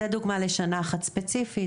זו דוגמה לשנה אחת ספציפית,